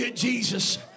Jesus